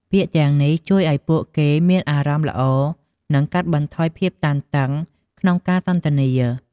ពាក្យទាំងនេះជួយឱ្យពួកគេមានអារម្មណ៍ល្អនឺងកាត់បន្ថយភាពតានតឹងក្នុងការសន្ទនា។